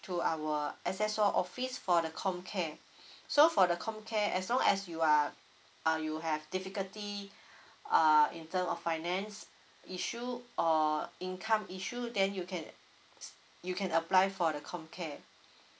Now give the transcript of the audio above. to our S_S_O office for the com care so for the com care as long as you are uh you have difficulty err in terms of finance issue or income issue then you can you can apply for the com care